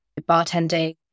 bartending